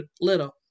little